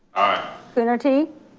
aye. coonerty,